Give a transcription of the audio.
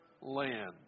land